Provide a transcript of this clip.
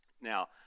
Now